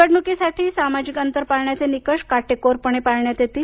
निवडणुकीसाठी सामाजिक अंतर पाळण्याचे निकष काटेकोरपणे पाळण्यात येतील